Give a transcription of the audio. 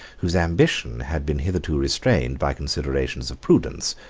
whose ambition had been hitherto restrained by considerations of prudence,